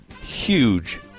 Huge